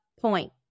point